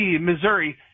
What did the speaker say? Missouri